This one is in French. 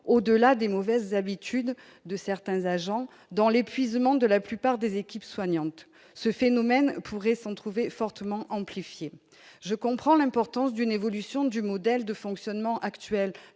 au-delà des « mauvaises habitudes » de certains agents, dans l'épuisement de la plupart des équipes soignantes. Ce phénomène pourrait s'en trouver fortement amplifié. Je comprends l'importance d'une évolution du modèle de fonctionnement actuel